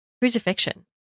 crucifixion